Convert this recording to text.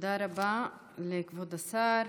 תודה רבה לכבוד השר